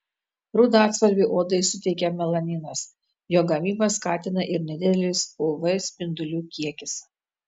rudą atspalvį odai suteikia melaninas jo gamybą skatina ir nedidelis uv spindulių kiekis